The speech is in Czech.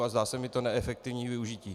Zdá se mi to neefektivní využití.